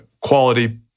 quality